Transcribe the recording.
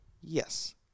Yes